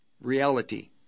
reality